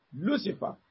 Lucifer